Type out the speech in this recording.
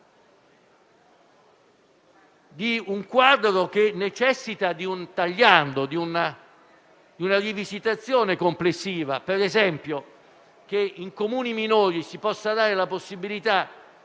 nostro Paese, che necessita di un "tagliando" e di una rivisitazione complessiva. Ad esempio, che nei Comuni minori si possa dare la possibilità